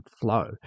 flow